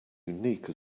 unique